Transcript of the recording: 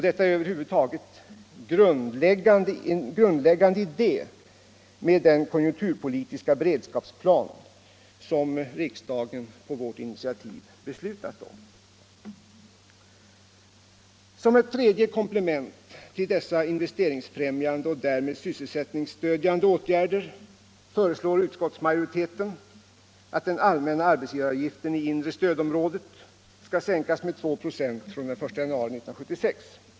Detta är en grundläggande idé med den konjunkturpolitiska beredskapsplan som riksdagen på vårt initiativ beslutat om. Som ett tredje komplement till dessa investeringsfrämjande och därmed sysselsättningsstödjande åtgärder föreslår utskottsmajoriteten att den allmänna arbetsgivaravgiften i det inre stödområdet skall sänkas med 296 från den 1 januari 1976.